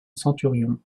centurion